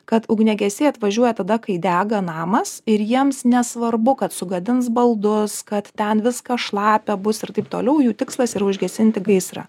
kad ugniagesiai atvažiuoja tada kai dega namas ir jiems nesvarbu kad sugadins baldus kad ten viskas šlapia bus ir taip toliau jų tikslas yra užgesinti gaisrą